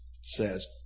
says